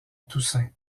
toussaint